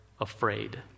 afraid